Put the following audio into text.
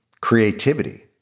creativity